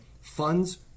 funds